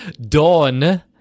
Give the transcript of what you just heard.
Dawn